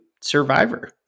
survivor